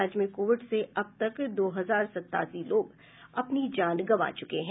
राज्य में कोविड से अब तक दो हजार सतासी लोग अपनी जान गंवा चुके हैं